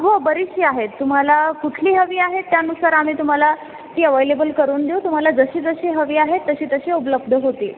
हो बरीचशी आहे तुम्हाला कुठली हवी आहे त्यानुसार आम्ही तुम्हाला ती अवयलेबल करून देऊ तुम्हाला जशी जशी हवी आहे तशी तशी उपलब्ध होते